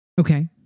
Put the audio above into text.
Okay